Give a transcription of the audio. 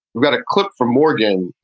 we've got a clip from morgan.